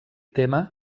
tema